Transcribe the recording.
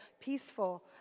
peaceful